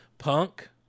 punk